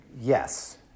Yes